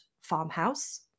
farmhouse